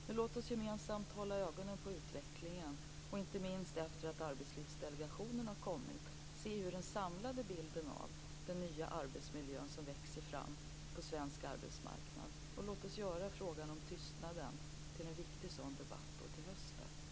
Men låt oss gemensamt hålla ögonen på utvecklingen, inte minst efter det att Arbetslivsdelegationens redovisning har kommit. Då kan vi se den samlade bilden av den nya arbetsmiljö som växer fram på svensk arbetsmarknad. Låt oss göra frågan om tystnaden till en viktig debatt till hösten.